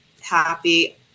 happy